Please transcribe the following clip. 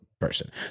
person